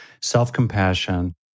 self-compassion